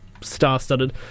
star-studded